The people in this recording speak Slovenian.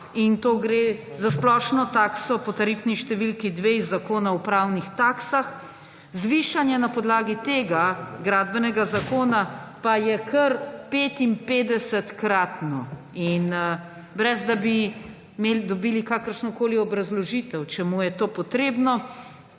in to gre za splošno takso po tarifni številki 2 iz Zakona o pravnih taksah. Zvišanje na podlagi tega Gradbenega zakona pa je kar petinpetdesetkratno, brez da bi dobili kakršnokoli obrazložitev, čemu je to potrebno,